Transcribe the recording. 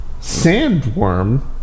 Sandworm